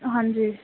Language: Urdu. ہاں جی